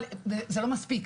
אבל זה לא מספיק.